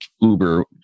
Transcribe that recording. Uber